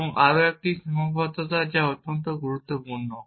এবং আরও একটি সীমাবদ্ধতা যা অত্যন্ত গুরুত্বপূর্ণ